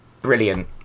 brilliant